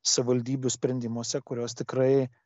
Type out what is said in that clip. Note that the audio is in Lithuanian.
savivaldybių sprendimuose kurios tikrai